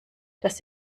dass